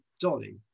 Dolly